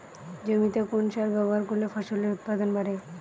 জমিতে কোন সার ব্যবহার করলে ফসলের উৎপাদন বাড়ে?